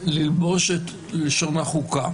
ללבוש את לשון החוקה.